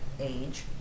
age